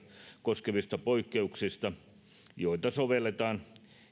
koskevista poikkeuksista joita sovelletaan